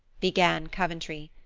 began coventry.